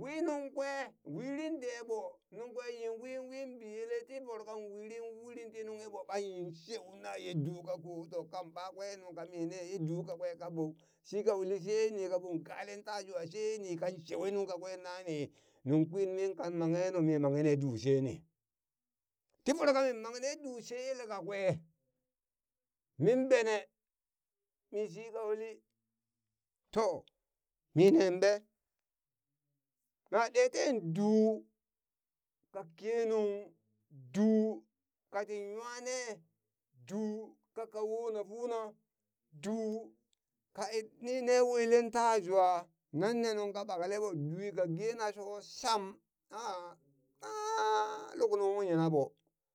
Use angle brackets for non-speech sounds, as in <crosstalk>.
wi nuŋ kwe wurin deɓo nuŋ kwe yin win wi biyele ti voro kan wuri wurin ti nughi ɓo ɓa yinsheu na ye duu kako to kan ɓakwe nung kami ne ye du kakwe kaɓo shi ka uli she ni ka ɓon galen tajwa she ni, kan shewe nuŋ kakwe nani nuŋ kwin min kan manghe nu mi manghe ne du she ni ti voro kamin mang ne du she yele kakwe min bene mi shi ka uli to min nen ɓe? mwa ɗee ten duu ka kenung duu kati nwa ne duu kaka wona funa duu kan inni ne welen ta jwa nanne nungka ɓakle dui ka gena sho sham <hesitation> luk nuŋ kung yina ɓo